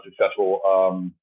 successful